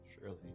surely